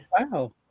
wow